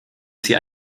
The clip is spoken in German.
sie